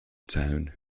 town